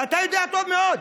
ואתה יודע טוב מאוד,